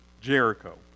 Jericho